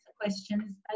questions